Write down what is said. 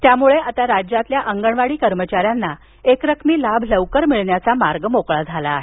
त्यामुळे आता राज्यातील अंगणवाडी कर्मचाऱ्यांना एकरकमी लाभ लवकर मिळण्याचा मार्ग मोकळा झाला आहे